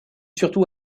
surtout